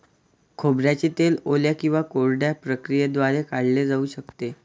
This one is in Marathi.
खोबऱ्याचे तेल ओल्या किंवा कोरड्या प्रक्रियेद्वारे काढले जाऊ शकते